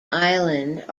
island